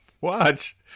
watch